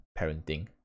parenting